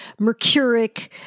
mercuric